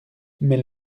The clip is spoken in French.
mais